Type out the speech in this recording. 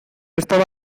estaba